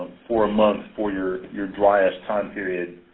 for a month for your your driest time period.